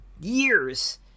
years